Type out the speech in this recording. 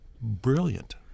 brilliant